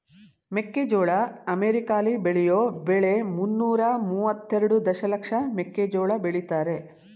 ಮೆಕ್ಕೆಜೋಳ ಅಮೆರಿಕಾಲಿ ಬೆಳೆಯೋ ಬೆಳೆ ಮುನ್ನೂರ ಮುವತ್ತೆರೆಡು ದಶಲಕ್ಷ ಮೆಕ್ಕೆಜೋಳ ಬೆಳಿತಾರೆ